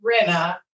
renna